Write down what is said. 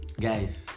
guys